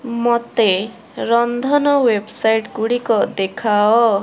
ମୋତେ ରନ୍ଧନ ୱେବସାଇଟ୍ ଗୁଡ଼ିକ ଦେଖାଅ